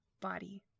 body